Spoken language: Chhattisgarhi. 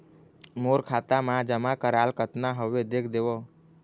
मोर खाता मा जमा कराल कतना हवे देख देव?